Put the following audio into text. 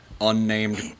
unnamed